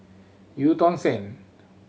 Eu Tong Sen